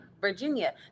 Virginia